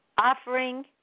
Offering